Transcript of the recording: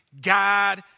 God